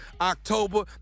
October